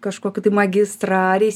kažkokį tai magistrą ar jis